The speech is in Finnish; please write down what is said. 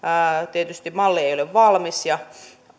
tietysti malli ei ei ole valmis ja